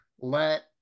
let